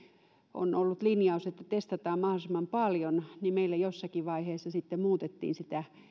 on ollut linjaus että testataan mahdollisimman paljon meillä jossakin vaiheessa sitten muutettiin sitä